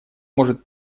может